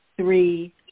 three